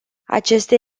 aceste